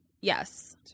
Yes